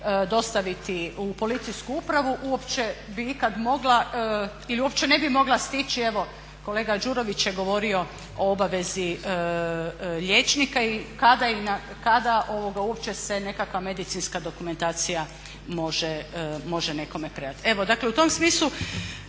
dostaviti u policijsku upravi, uopće bi ikad mogla ili uopće ne bi mogla stići, evo kolega Đurović je govorio o obavezi liječnika i kada uopće se nekakva medicinska dokumentacija može nekome predati. Evo, dakle u tome smislu